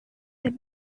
they